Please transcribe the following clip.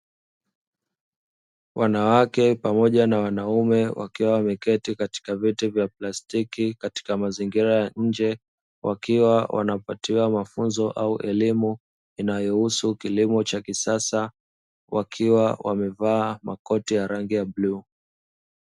Wanawake pamoja na Wanaume, wakiwa wameketi katika viti vya plastiki, katika mazingira ya nje, wakiwa wanapatiwa mafunzo au elimu inayohusu kilimo cha kisasa, wakiwa wamevaa makoti ya rangi ya bluu.